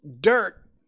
dirt